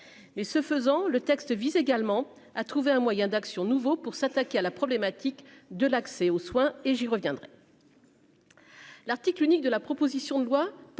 mais ce faisant, le texte vise également à trouver un moyen d'action nouveaux pour s'attaquer à la problématique de l'accès aux soins et j'y reviendrai. L'article unique de la proposition de loi porte